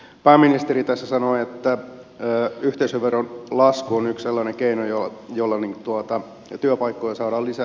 pääministeri tässä sanoi että yhteisöveron lasku on yksi sellainen keino jolla työpaikkoja saadaan lisää